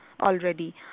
already